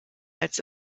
als